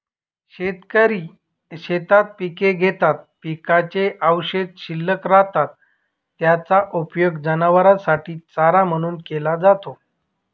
शेतकरी शेतात पिके घेतात, पिकाचे अवशेष शिल्लक राहतात, त्याचा उपयोग जनावरांसाठी चारा म्हणून केला जातो